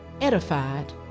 edified